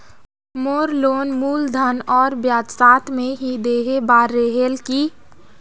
मोर loan मूलधन और ब्याज साथ मे ही देहे बार रेहेल की?